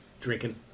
Drinking